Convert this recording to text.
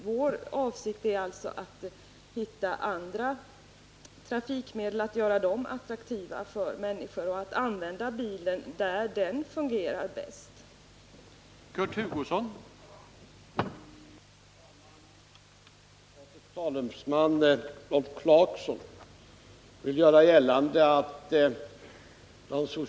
Vår avsikt är alltså att finna andra trafikmedel och göra dem attraktiva för människor samt att använda bilen där den har den bästa funktionen.